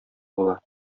була